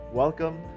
welcome